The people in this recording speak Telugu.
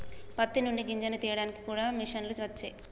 పత్తి నుండి గింజను తీయడానికి కూడా మిషన్లు వచ్చే